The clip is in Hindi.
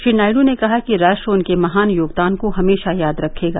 श्री नायडू ने कहा कि राष्ट्र उनके महान योगदान को हमेशा याद रखेगा